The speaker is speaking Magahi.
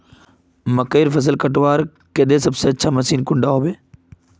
मकईर फसल कटवार केते सबसे अच्छा मशीन कुंडा होबे?